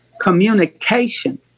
communication